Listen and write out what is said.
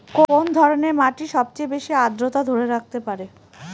কোন ধরনের মাটি সবচেয়ে বেশি আর্দ্রতা ধরে রাখতে পারে?